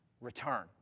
return